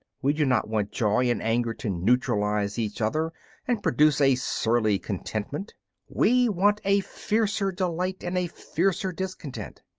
we do not want joy and anger to neutralize each other and produce a surly contentment we want a fiercer delight and a fiercer discontent.